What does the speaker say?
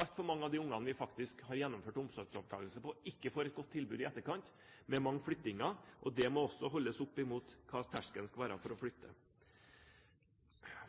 altfor mange av de barna vi faktisk har gjennomført omsorgsovertakelse for, ikke får et godt tilbud i etterkant – med mange flyttinger. Det må også holdes opp mot hvor terskelen skal være for å flytte.